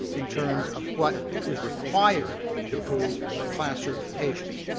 in terms of what is required to prove for class certification.